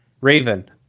Raven